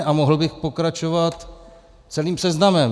A mohl bych pokračovat celým seznamem.